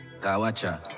Kawacha